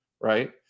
right